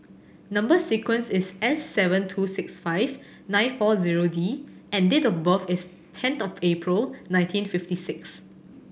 number sequence is S seven two six five nine four zero D and date of birth is tenth of April nineteen fifty six